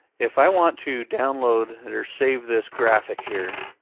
if i want to download and or save this graphic here,